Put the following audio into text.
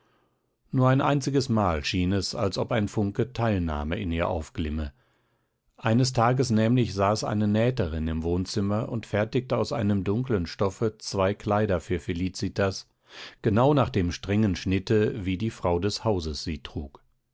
nur ein einziges mal schien es als ob ein funke teilnahme in ihr aufglimme eines tages nämlich saß eine nähterin im wohnzimmer und fertigte aus einem dunklen stoffe zwei kleider für felicitas genau nach dem strengen schnitte wie die frau des hauses sich trug